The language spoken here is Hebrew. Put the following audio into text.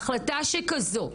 החלטה כזו,